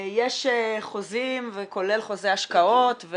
יש חוזים, כולל חוזי השקעות,